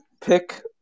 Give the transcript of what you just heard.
pick